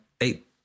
eight